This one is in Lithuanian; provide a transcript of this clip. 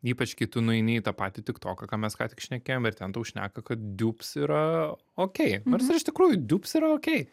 ypač kai tu nueini į tą patį tik toką ką mes ką tik šnekėjom ir ten tau šneka kad diubs yra okei nors iš tikrųjų diubs yra okei